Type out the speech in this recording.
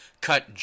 cut